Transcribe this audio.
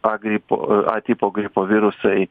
a grip a tipo gripo virusai